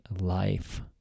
Life